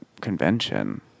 convention